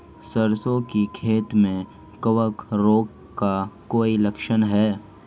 सरसों की खेती में कवक रोग का कोई लक्षण है?